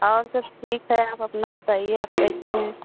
और सब ठीक है आप अपना बताइए आप कैसी हैं